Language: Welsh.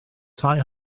tai